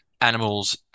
Animals